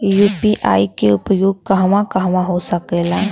UPI के उपयोग कहवा कहवा हो सकेला?